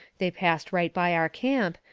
they passed right by our camp,